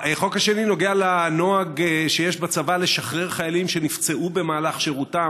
החוק השני נוגע בנוהג שיש בצבא לשחרר חיילים שנפצעו במהלך שירותם,